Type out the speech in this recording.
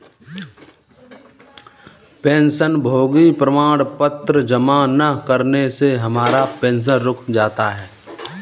पेंशनभोगी प्रमाण पत्र जमा न करने से हमारा पेंशन रुक जाता है